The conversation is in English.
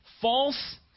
false